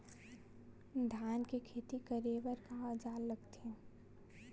धान के खेती करे बर का औजार लगथे?